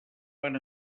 van